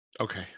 okay